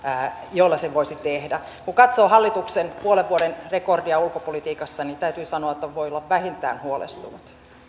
joilla sen voisi tehdä kun katsoo hallituksen puolen vuoden rekordia ulkopolitiikassa niin täytyy sanoa että voi olla vähintään huolestunut